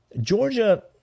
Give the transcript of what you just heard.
Georgia